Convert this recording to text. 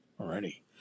Already